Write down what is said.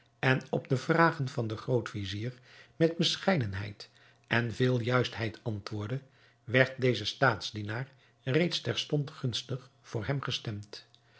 en op de vragen van den groot-vizier met bescheidenheid en veel juistheid antwoordde werd deze staatsdienaar reeds terstond gunstig voor hem gestemd